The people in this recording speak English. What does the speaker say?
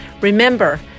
Remember